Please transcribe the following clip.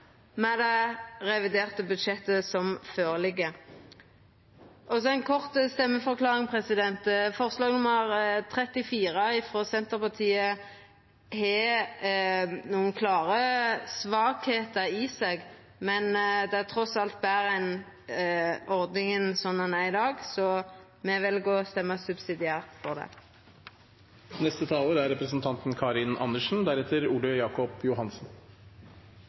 med det reviderte budsjettet som ligg føre. Ei kort stemmeforklaring: Forslag nr. 34, frå Senterpartiet, har nokre klare svakheiter, men det er trass alt betre enn ordninga som er i dag, så me vel å stemma